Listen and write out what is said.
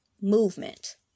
movement